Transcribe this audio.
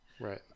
Right